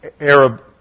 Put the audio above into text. Arab